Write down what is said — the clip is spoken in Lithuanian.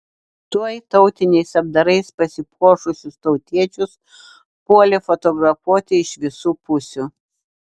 tuoj tautiniais apdarais pasipuošusius tautiečius puolė fotografuoti iš visų pusių